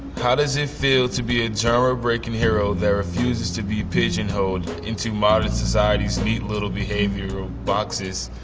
how does it feel to be a genre-breaking hero that refuses to be pigeonholed into modern society's neat little behavioral boxes?